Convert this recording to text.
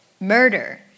Murder